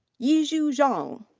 yizhe zhang.